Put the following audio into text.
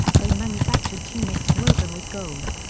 they manufacture tunics woven with gold.